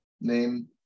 name